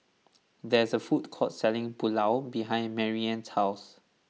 there is a food court selling Pulao behind Marianna's house